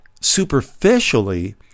superficially